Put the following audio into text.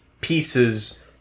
pieces